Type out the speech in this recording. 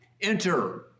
enter